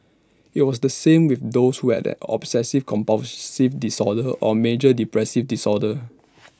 IT was the same with those who had an obsessive compulsive disorder or A major depressive disorder